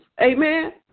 Amen